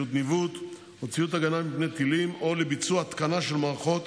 ציוד ניווט או ציוד הגנה מפני טילים או לביצוע התקנה של מערכות